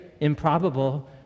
improbable